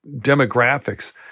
demographics